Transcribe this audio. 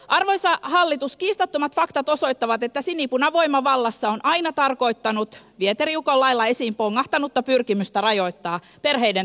arvoisa hallitus kiistattomat faktat osoittavat että sinipunavoima vallassa on aina tarkoittanut vieteriukon lailla esiin pongahtanutta pyrkimystä rajoittaa perheiden tukijärjestelmää